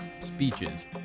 speeches